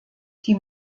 die